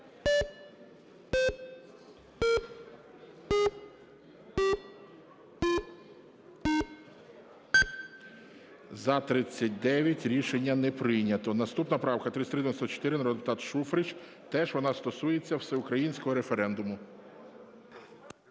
За-39 Рішення не прийнято. Наступна правка 3394. Народний депутат Шуфрич. Теж вона стосується всеукраїнського референдуму.